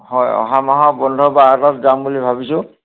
হয় অহা মাহৰ বন্ধ বাৰ এটাত যাম বুলি ভাবিছোঁ